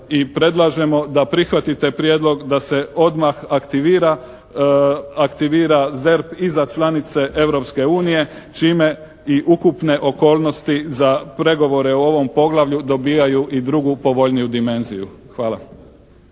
predlažemo da prihvatite prijedlog da se odmah aktivira ZERP i za članice Europske unije, čime i ukupne okolnosti za pregovore u ovom poglavlju dobijaju i drugu povoljniju dimenziju. Hvala.